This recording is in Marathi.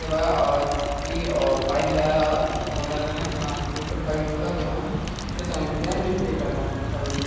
तेव्हा मी फाईन द्यायला बोलणार आहे त्यांना की हां जे पण फाईन होता तो मारा ते सांगून द्या मी पे करणार करून